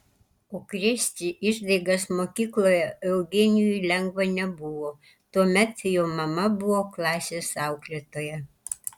o krėsti išdaigas mokykloje eugenijui lengva nebuvo tuomet jo mama buvo klasės auklėtoja